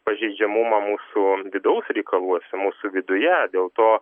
pažeidžiamumą mūsų vidaus reikaluose mūsų viduje dėl to